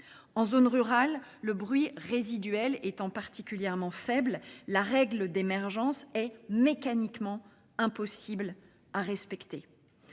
En zone rurale, le bruit résiduel étant particulièrement faible, la règle d'émergence est mécaniquement impossible à respecter.